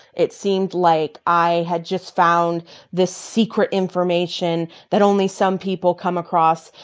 it seemed like i had just found this secret information that only some people come across.